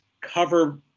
cover